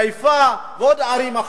חיפה ועוד ערים.